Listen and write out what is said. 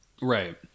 Right